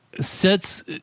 sets